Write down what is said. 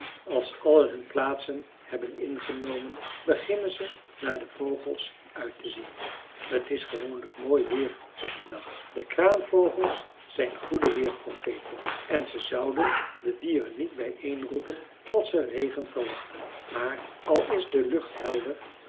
als allen hun plaatsen hebben ingenomen beginnen ze naar de vogels uit te zien t is gewoonlijk mooi weer op dien dag de kraanvogels zijn goede weerprofeten en ze zouden de dieren niet bijeenroepen als ze regen verwachtten maar al is de lucht helder